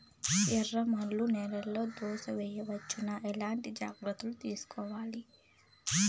ఎర్రమన్ను నేలలో దోస వేయవచ్చునా? ఎట్లాంటి జాగ్రత్త లు తీసుకోవాలి?